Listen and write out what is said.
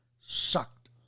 sucked